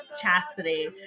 chastity